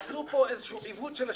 עשו פה איזשהו עיוות של השיווק.